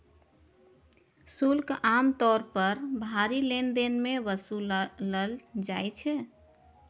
शुल्क आम तौर पर भारी लेनदेन मे वसूलल जाइ छै